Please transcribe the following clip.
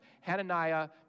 Hananiah